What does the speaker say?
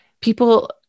people